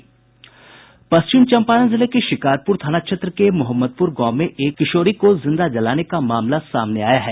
पश्चिम चंपारण जिले के शिकारपुर थाना क्षेत्र के मोहम्मदपुर गांव में एक किशोरी को जिंदा जलाने का मामला सामने आया है